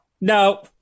no